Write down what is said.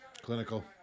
Clinical